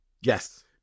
Yes